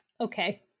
Okay